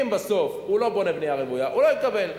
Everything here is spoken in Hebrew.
אם בסוף הוא לא בונה בנייה רוויה, הוא לא יקבל.